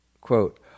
quote